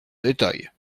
détail